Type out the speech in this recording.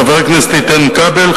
חבר הכנסת איתן כבל,